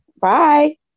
Bye